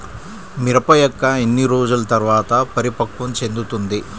మిరప మొక్క ఎన్ని రోజుల తర్వాత పరిపక్వం చెందుతుంది?